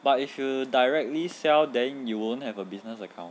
but if you directly sell then you won't have a business account